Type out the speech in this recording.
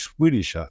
Swedish